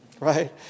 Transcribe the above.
right